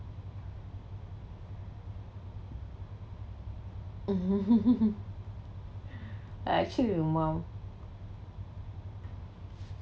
actually my mom